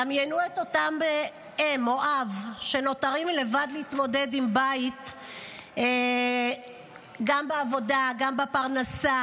דמיינו אם או אב שנותרים לבד להתמודד עם הבית וגם בעבודה ובפרנסה,